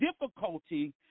difficulty